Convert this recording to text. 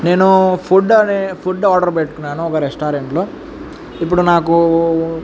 నేను ఫుడ్ అని food order పెట్టుకున్నాను ఒక రెస్టారెంట్లో ఇప్పుడు నాకు